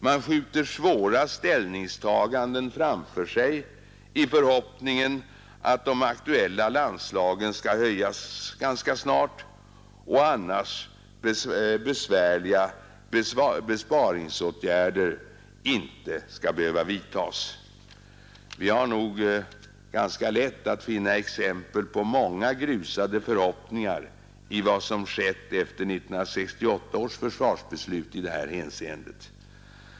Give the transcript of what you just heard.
Man skjuter svåra ställningstaganden framför sig i förhoppningen att de aktuella anslagen skall höjas ganska snart och att därför annars besvärliga besparingsåtgärder inte skall behöva vidtas. Vi har nog ganska lätt att finna exempel på många grusade förhoppningar i vad som skett efter 1968 års försvarsbeslut i det här hänseendet.